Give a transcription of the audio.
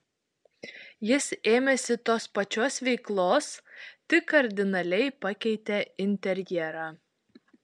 jis ėmėsi tos pačios veiklos tik kardinaliai pakeitė interjerą